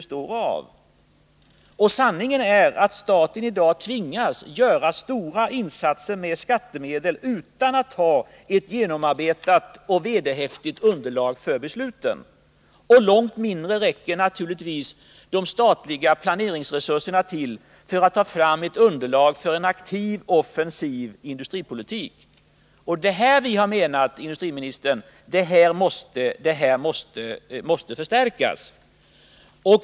Sanningen är att staten i dag tvingas göra stora insatser med skattemedel utan att ha ett genomarbetat och vederhäftigt underlag för besluten. Långt mindre räcker naturligtvis de statliga planeringsresurserna till för att ta fram ett underlag för en aktiv offensiv industripolitik. Det är här som vi har menat att en förstärkning måste göras.